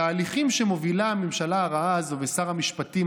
התהליכים שמובילה הממשלה הרעה הזו ושר המשפטים